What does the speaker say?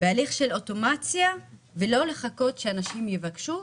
בהליך של אוטומציה ולא לחכות שאנשים יבקשו,